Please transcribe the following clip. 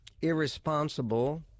irresponsible